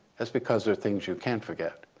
that's because there are things you can't forget,